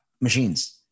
machines